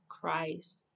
Christ